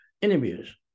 interviews